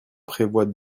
prévoit